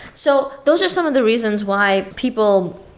so, those are some of the reasons why people,